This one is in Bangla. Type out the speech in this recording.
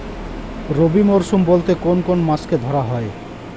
রবি মরশুম বলতে কোন কোন মাসকে ধরা হয়?